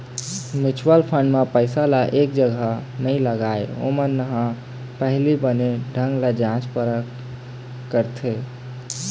mutual fund म पइसा ल एक जगा नइ लगाय, ओमन ह पहिली बने ढंग ले जाँच परख करथे